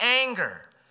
anger